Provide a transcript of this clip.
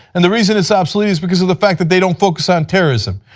and the reason it's obsolete is because of the fact that they don't focus on terrorism.